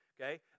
okay